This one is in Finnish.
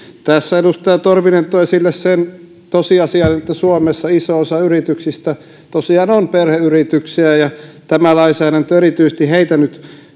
tässä edustaja torvinen toi esille sen tosiasian että suomessa iso osa yrityksistä tosiaan on perheyrityksiä ja tämä lainsäädäntö koskee nyt